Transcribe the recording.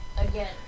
again